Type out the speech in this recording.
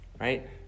right